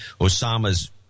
osama's